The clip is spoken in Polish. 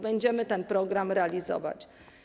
Będziemy ten program realizować.